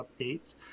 updates